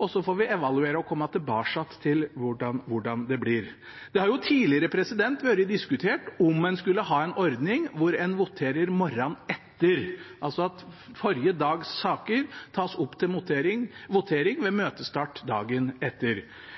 og så får vi evaluere og komme tilbake til hvordan det blir. Det har tidligere vært diskutert om en skulle ha en ordning hvor en voterer morgenen etter, altså at forrige dags saker tas opp til votering ved